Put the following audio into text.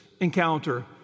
encounter